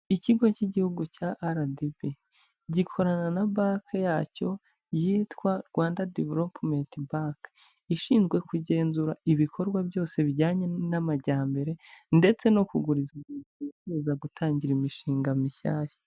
Ikigo cy'igihugu cya RDB, gikorana na banke yacyo yitwa Rw diveropumenti banke, ishinzwe kugenzura ibikorwa byose bijyanye n'amajyambere ndetse no kuguguriza umuntu wifuza gutangira imishinga mishyashya.